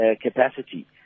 capacity